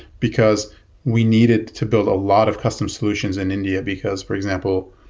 because we needed to build a lot of custom solutions in india because, for example,